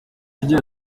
agira